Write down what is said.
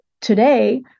today